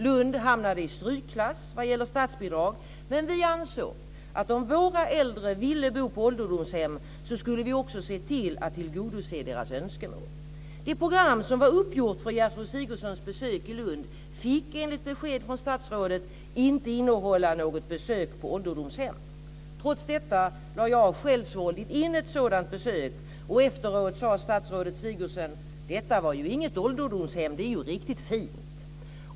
Lund hamnade i strykklass vad gäller statsbidrag, men vi ansåg att om våra äldre ville bo på ålderdomshem, så skulle vi också se till att tillgodose deras önskemål. Det program som var uppgjort för Gertrud Sigurdsens besök i Lund fick, enligt besked från statsrådet, inte innehålla något besök på ålderdomshem. Trots detta lade jag självsvåldigt in ett sådant besök och efteråt sade statsrådet Sigurdsen: "Detta var ju inget ålderdomshem. Det är ju riktigt fint."